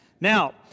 Now